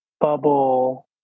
bubble